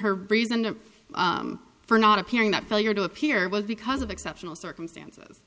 her reason for not appearing that failure to appear was because of exceptional circumstances